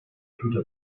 toute